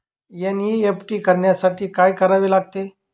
NEFT करण्यासाठी काय करावे लागते?